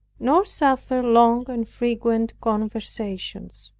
nor suffer long and frequent conversations.